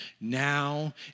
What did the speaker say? Now